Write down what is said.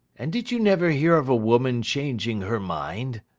and did you never hear of a woman changing her mind